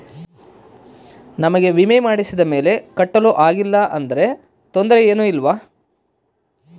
ನಮಗೆ ವಿಮೆ ಮಾಡಿಸಿದ ಮೇಲೆ ಕಟ್ಟಲು ಆಗಿಲ್ಲ ಆದರೆ ತೊಂದರೆ ಏನು ಇಲ್ಲವಾ?